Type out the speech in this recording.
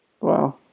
Wow